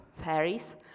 fairies